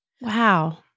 Wow